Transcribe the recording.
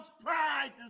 pride